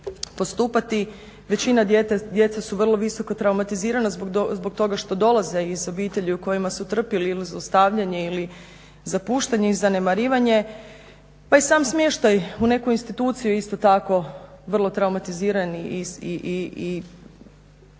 Većina djece su vrlo visoko traumatizirana zbog toga što dolaze iz obitelji u kojima su trpili ili zlostavljanje ili zapuštanje i zanemarivanje. Pa i sam smještaj u nekoj instituciji isto tako vrlo traumatiziran i